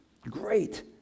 great